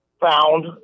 found